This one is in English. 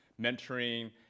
mentoring